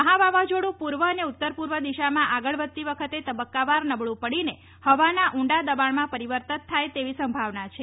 મહા વાવાઝીડું પૂર્વ અને ઉત્તર પૂર્વ દિશામાં આગળ વધતી વખતે તબક્કાવાર નબળું પડીને હવાના ઊંડા દબાણમાં પરિવર્તિત થાય સંભાવના છે